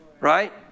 Right